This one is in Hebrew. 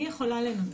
אני יכולה לנמק.